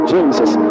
Jesus